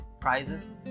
prizes